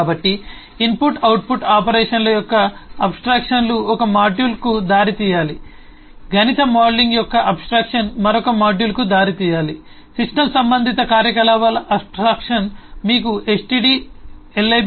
కాబట్టి ఇన్పుట్ అవుట్పుట్ ఆపరేషన్ల యొక్క అబ్ స్ట్రాక్షన్లు ఒక మాడ్యూల్కు దారితీయాలి గణిత మోడలింగ్ యొక్క అబ్ స్ట్రాక్షన్ మరొక మాడ్యూల్కు దారితీయాలి సిస్టమ్ సంబంధిత కార్యకలాపాల అబ్ స్ట్రాక్షన్ మీకు stdlib